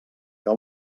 que